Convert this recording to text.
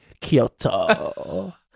Kyoto